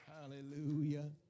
Hallelujah